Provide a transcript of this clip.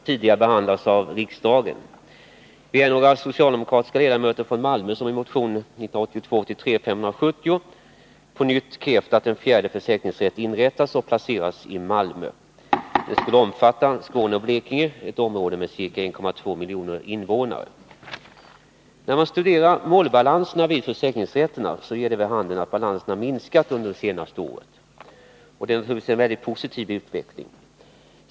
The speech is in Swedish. Herr talman! Frågan om inrättande av en ny försäkringsrätt har tidigare behandlats av riksdagen. Vi är några socialdemokratiska ledamöter från Malmö som i motion 1982/83:570 på nytt har krävt att en fjärde försäkringsrätt skall inrättas och placeras i Malmö. Den skulle omfatta Skåne och Blekinge, ett område med ca 1,2 miljoner invånare. När man studerar målbalanserna vid försäkringsrätterna, ger det vid handen att balanserna har minskat under det senaste året. Det är naturligtvis en positiv utveckling.